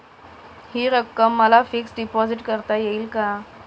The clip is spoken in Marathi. हि रक्कम मला फिक्स डिपॉझिट करता येईल का?